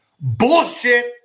Bullshit